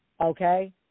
Okay